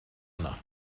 yna